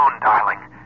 darling